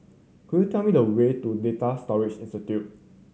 could you tell me the way to Data Storage Institute